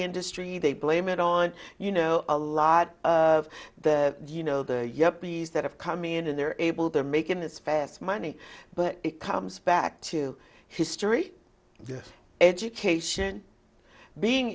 industry they blame it on you know a lot of the you know the yuppies that have come in and they're able they're making as fast money but it comes back to history education being